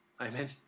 Amen